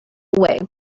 way